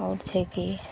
आओर छै कि